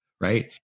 right